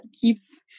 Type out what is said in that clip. keeps